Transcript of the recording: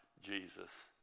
Jesus